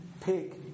pick